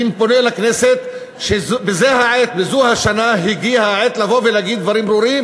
אני פונה לכנסת שבזו השעה הגיעה העת לבוא ולהגיד דברים ברורים: